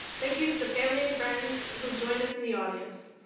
thank you to the family and friends who've joined us in the audience.